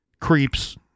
creeps